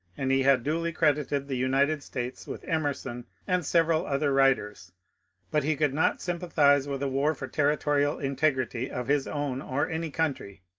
and he had duly credited the united states with emerson and several other writers but he could not sympathize with a war for territorial integrity of his own or any country,